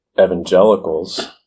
evangelicals